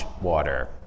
water